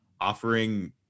offering